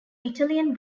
italian